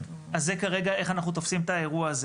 אז זה כרגע איך אנחנו תופסים את האירוע הזה.